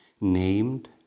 named